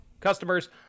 Customers